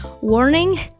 Warning